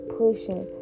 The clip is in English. pushing